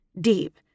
deep